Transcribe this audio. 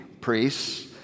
priests